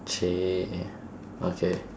!chey! okay